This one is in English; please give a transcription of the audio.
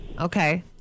Okay